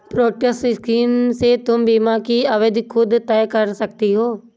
protection scheme से तुम बीमा की अवधि खुद तय कर सकती हो